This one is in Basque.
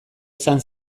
izan